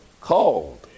called